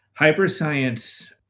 Hyperscience